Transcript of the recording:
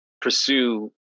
pursue